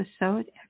episode